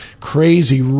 crazy